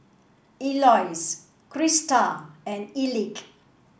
Eloise Christa and Elick